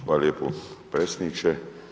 Hvala lijepo predsjedniče.